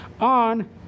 on